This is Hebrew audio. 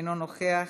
אינו נוכח,